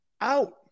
out